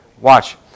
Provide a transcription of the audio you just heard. Watch